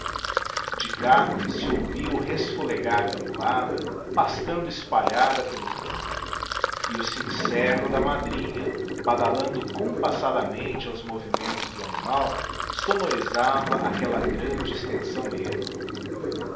de cá se ouvia o resfolegar da mulada pastando espalhada pelo campo e o sincerro da madrinha badalando compassadamente aos movimentos do animal sonorizava aquella grande extensão erma